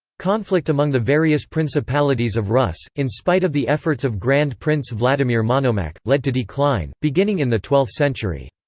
conflict among the various principalities of rus', in spite of the efforts of grand prince vladimir monomakh, led to decline, beginning in the twelfth century.